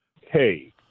hey